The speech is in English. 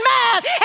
mad